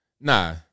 nah